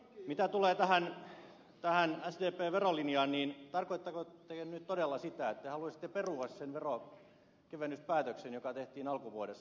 mitä tulee tähän sdpn verolinjaan niin tarkoitatteko nyt todella sitä että te haluaisitte perua sen veronkevennyspäätöksen joka tehtiin alkuvuodesta